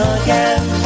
again